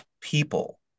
people